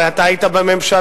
הרי אתה היית בממשלה.